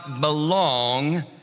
belong